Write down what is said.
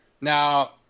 Now